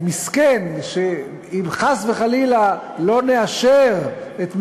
מסכן שאם חס וחלילה לא נאשר את מינויו,